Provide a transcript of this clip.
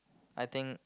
I think